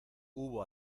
hubo